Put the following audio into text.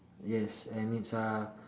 yes and it's uh